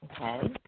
Okay